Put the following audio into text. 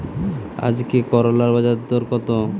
আজকে করলার বাজারদর কত?